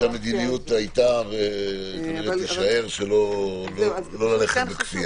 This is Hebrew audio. המדיניות היתה ותישאר - לא ללכת בכפייה.